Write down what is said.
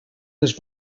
les